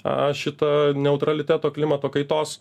a šito neutraliteto klimato kaitos